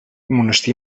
monestir